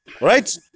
Right